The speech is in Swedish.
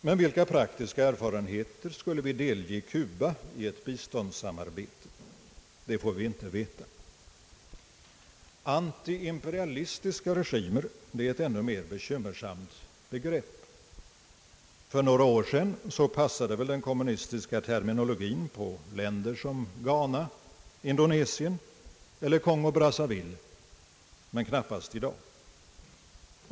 Men vilka praktiska erfarenheter skulle vi delge Kuba i ett biståndssamarbete? Det får vi inte veta. Antiimperialistiska regimer är ett ännu mer bekymmersamt begrepp. För några år sedan passade väl den kommunistiska terminologin på länder såsom Ghana, Indonesien eller Kongo Brazzaville men knappast i dag.